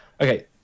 Okay